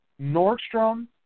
Nordstrom